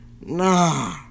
Nah